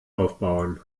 aufbauen